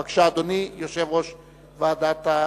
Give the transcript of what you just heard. אדוני יושב-ראש ועדת הכנסת,